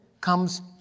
comes